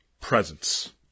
presence